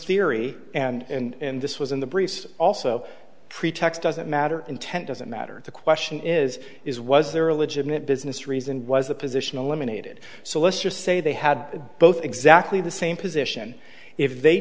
theory and this was in the briefs also pretext doesn't matter intent doesn't matter the question is is was there a legitimate business reason was the position eliminated so let's just say they had both exactly the same position if they